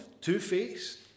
two-faced